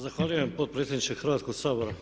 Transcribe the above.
Zahvaljujem potpredsjedniče Hrvatskog sabora.